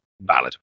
Valid